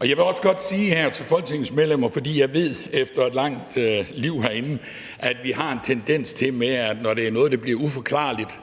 Jeg vil også godt her sige noget til Folketingets medlemmer, fordi jeg efter et langt liv herinde ved, at vi, når det er noget, der bliver uforklarligt,